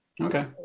Okay